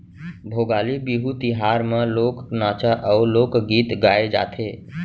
भोगाली बिहू तिहार म लोक नाचा अउ लोकगीत गाए जाथे